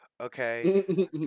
Okay